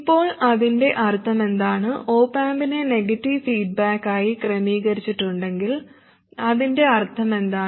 ഇപ്പോൾ അതിന്റെ അർത്ഥമെന്താണ് ഒപ് ആമ്പിനെ നെഗറ്റീവ് ഫീഡ്ബാക്കായി ക്രമീകരിച്ചിട്ടുണ്ടെങ്കിൽ അതിന്റെ അർത്ഥമെന്താണ്